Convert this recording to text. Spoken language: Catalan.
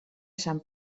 sant